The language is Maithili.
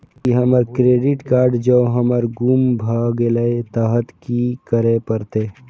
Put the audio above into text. ई हमर क्रेडिट कार्ड जौं हमर गुम भ गेल तहन की करे परतै?